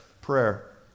Prayer